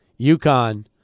UConn